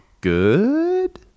good